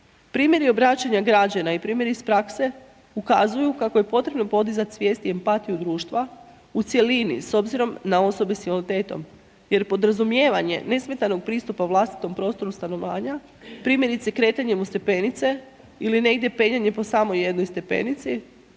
Primjeri obraćanja građana i primjeri iz prakse ukazuju kako je potrebno podizati svijest i empatiju društva u cjelini s obzirom na osobe sa invaliditetom jer podrazumijevanje nesmetanog pristupa vlastitom prostoru stanovanja, primjerice kretanjem uz stepenice ili negdje penjanje po samo jednoj stepenici,